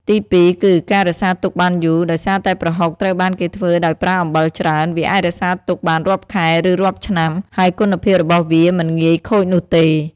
ទីពីរ គឺ ការរក្សាទុកបានយូរ ដោយសារតែប្រហុកត្រូវបានគេធ្វើដោយប្រើអំបិលច្រើន វាអាចរក្សាទុកបានរាប់ខែ ឬរាប់ឆ្នាំ ហើយគុណភាពរបស់វាមិនងាយខូចនោះទេ។។